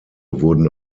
wurden